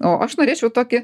o aš norėčiau tokį